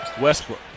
Westbrook